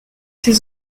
ces